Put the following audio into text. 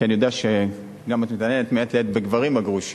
כי אני יודע שאת גם מתעניינת מעת לעת בגברים הגרושים,